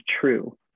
true